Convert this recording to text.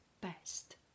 best